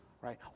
Right